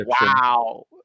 Wow